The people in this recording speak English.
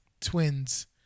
twins